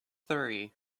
three